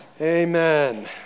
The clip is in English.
Amen